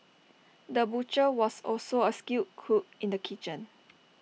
the butcher was also A skilled cook in the kitchen